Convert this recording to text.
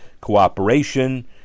cooperation